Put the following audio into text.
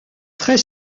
très